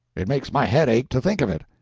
it makes my head ache to think of it.